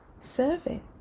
Serving